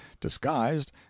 disguised